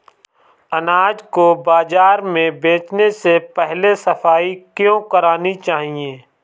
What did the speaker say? अनाज को बाजार में बेचने से पहले सफाई क्यो करानी चाहिए?